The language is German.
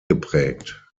geprägt